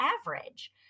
average